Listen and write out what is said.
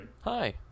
Hi